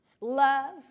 Love